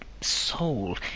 soul